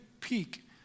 peak